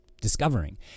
discovering